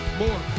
more